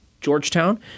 Georgetown